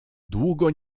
długo